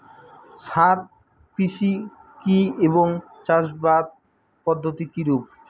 ছাদ কৃষি কী এবং এর চাষাবাদ পদ্ধতি কিরূপ?